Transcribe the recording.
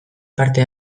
parte